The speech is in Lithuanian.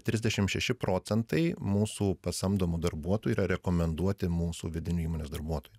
trisdešim šeši procentai mūsų pasamdomų darbuotojų yra rekomenduoti mūsų vidinių įmonės darbuotojų